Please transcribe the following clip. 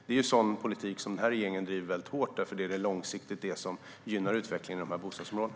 Det är en sådan politik som den här regeringen driver mycket hårt, eftersom det är en sådan politik som långsiktigt gynnar utvecklingen i dessa bostadsområden.